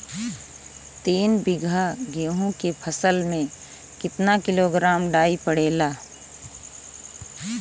तीन बिघा गेहूँ के फसल मे कितना किलोग्राम डाई पड़ेला?